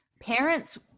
parents